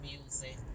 music